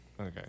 Okay